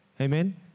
Amen